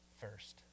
first